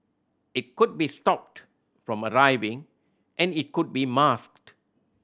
it could be stopped from arriving and it could be masked